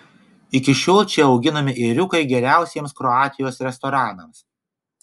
iki šiol čia auginami ėriukai geriausiems kroatijos restoranams